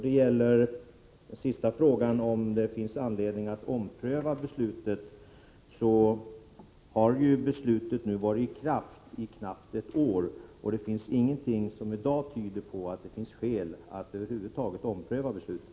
Vad gäller den sista frågan, om det finns anledning att ompröva beslutet, vill jag säga: Beslutet har varit i kraft knappt ett år, och det finns inget som i dag tyder på att det finns skäl att ompröva beslutet.